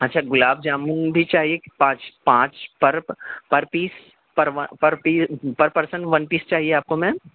اچھا گلاب جامن بھی چاہیے پانچ پانچ per per piece per per person one piece چاہیے آپ کو میم